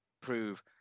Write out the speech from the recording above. prove